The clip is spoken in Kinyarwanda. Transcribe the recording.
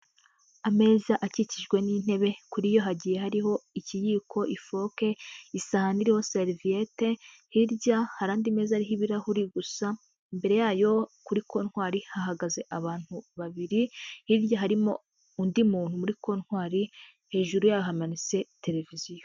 Ameza akikijwe n'intebe, kuri yo hagiye hariho ikiyiko, ifoke, isani iriho seriviyete, hirya hari andi meza ariho ibirahuri gusa, imbere yayo kuri kontwari hahagaze abantu babiri, hirya harimo undi muntu muri kontwari, hejuru yaho hamanitse televiziyo.